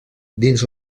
dins